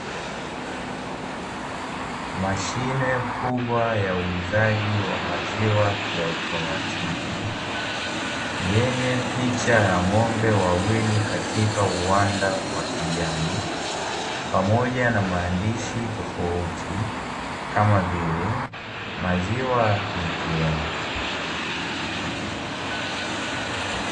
Mashine kubwa ya uuzaji wa maziwa kiautomatiki ,yenye picha ya ng'ombe wawili katika uwanda wa kijani pamoja na maandishi tofauti kama vile maziwa "ATM".